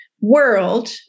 world